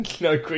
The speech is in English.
No